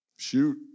Shoot